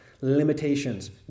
limitations